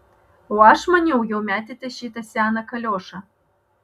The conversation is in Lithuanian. o aš maniau jau metėte šitą seną kaliošą